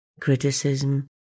criticism